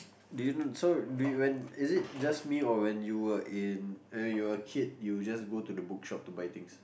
do you know so do you when is it just me or when you were in when you were a kid you will just go to the bookshop and buy things